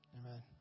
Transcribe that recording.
Amen